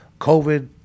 COVID